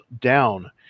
down